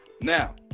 Now